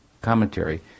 commentary